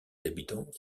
habitants